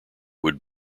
would